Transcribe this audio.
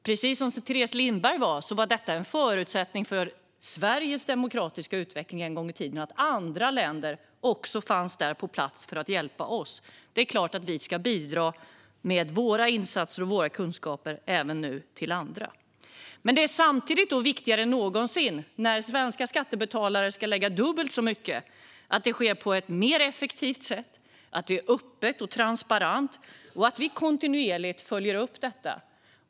Precis som Teres Lindberg sa var det en förutsättning för Sveriges demokratiska utveckling en gång i tiden att andra länder också fanns där på plats för att hjälpa oss. Det är klart att vi ska bidra med våra insatser och kunskaper för andra. Men det är samtidigt viktigare än någonsin, när svenska skattebetalare ska betala dubbelt så mycket, att arbetet sker på ett mer effektivt sätt, att det är öppet och transparent samt att vi kontinuerligt följer upp arbetet.